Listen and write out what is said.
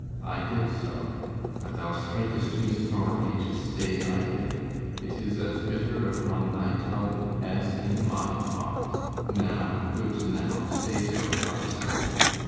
i did so but thou strik'st me sorely, to say i did it is as bitter upon thy tongue as in my thought now, good now, say so but seldom.